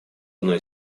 одной